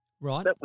right